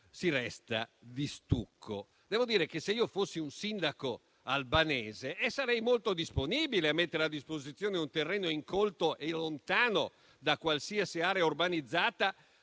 si resta di stucco. Devo dire che se io fossi un sindaco albanese, sarei molto disponibile a mettere a disposizione un terreno incolto e lontano da qualsiasi area urbanizzata